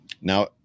Now